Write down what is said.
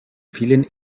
vielen